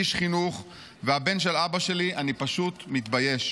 איש חינוך והבן של אבא שלי אני פשוט מתבייש.